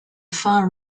far